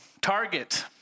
Target